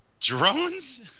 Drones